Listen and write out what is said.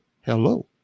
hello